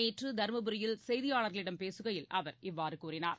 நேற்று தர்மபுரியில் செய்தியாளர்களிடம் பேசுகையில் அவர் இவ்வாறு கூறினார்